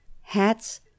Hats